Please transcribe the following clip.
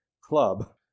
club